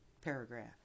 paragraph